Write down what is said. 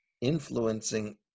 influencing